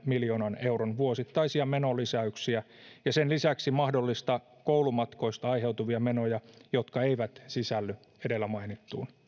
miljoonan euron vuosittaisia menolisäyksiä ja sen lisäksi mahdollisista koulumatkoista aiheutuvia menoja jotka eivät sisälly edellä mainittuun